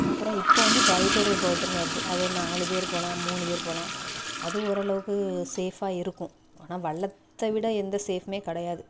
அப்புறோம் இப்போ வந்து பைப்பரு போட்டுன்னு வருது அது நாலு பேர் போகலாம் மூணு பேர் போகலாம் அது ஓரளவுக்கு சேஃப்பாக இருக்கும் ஆனால் வல்லத்தை விட எந்த சேஃப்பும் கிடையாது